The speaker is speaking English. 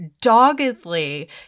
doggedly